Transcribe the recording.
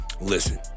listen